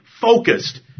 focused